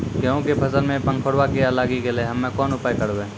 गेहूँ के फसल मे पंखोरवा कीड़ा लागी गैलै हम्मे कोन उपाय करबै?